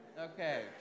Okay